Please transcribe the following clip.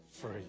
free